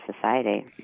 society